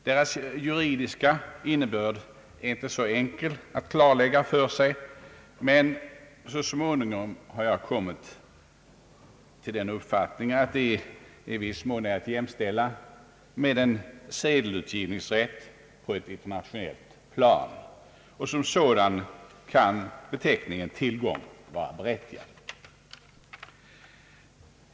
Deras juridiska innebörd är inte så enkel att klarlägga för sig, men så småningom har jag kommit till den uppfattningen att de i viss mån är att jämställa med en sedelutgivningsrätt på ett internationellt plan, och därför kan beteckningen tillgång vara berättigad.